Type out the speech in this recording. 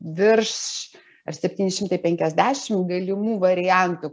virš ar septyni šimtai penkiasdešim galimų variantų